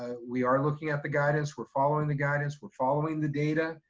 ah we are looking at the guidance, we're following the guidance, we're following the data.